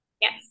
Yes